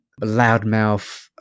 loudmouth